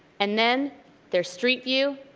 and then there's street view,